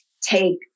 take